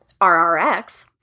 rrx